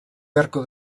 beharko